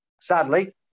sadly